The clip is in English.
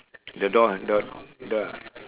the door handle handle